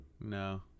No